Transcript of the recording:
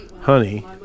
honey